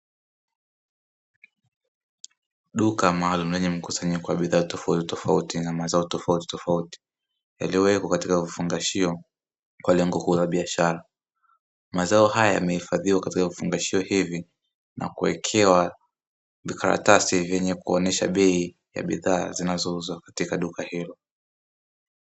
Duka maalumu lenye mkusanyiko wa bidhaa tofautitofauti na mazao tofautitofauti, yaliyo wekwa katika vifungashio kwa lengo kuu la biashara ,mazao haya yamehifadhiwa katika vifungashio hivi na kuwekewa vikaratasi venye kuonyesha bei ya bidhaa zinazouzwa katika duka hilo.